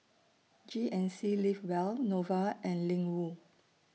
G N C Live Well Nova and Ling Wu